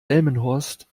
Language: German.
delmenhorst